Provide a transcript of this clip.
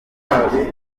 cyangwa